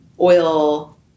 oil